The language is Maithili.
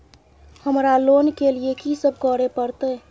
हमरा लोन के लिए की सब करे परतै?